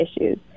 issues